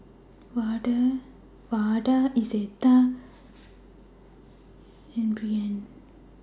Vada Izetta and Brianne